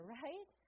right